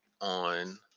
on